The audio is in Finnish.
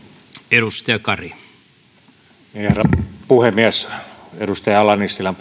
herra puhemies edustaja ala nissilän